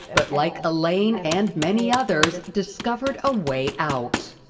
but like elaine and many others discovered a way out.